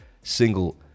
single